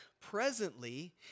presently